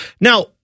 Now